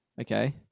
Okay